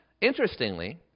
Interestingly